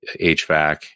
hvac